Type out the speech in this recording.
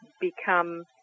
become